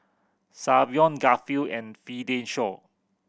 Savion Garfield and Fidencio